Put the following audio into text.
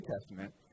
Testament